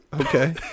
Okay